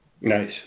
Nice